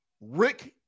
Rick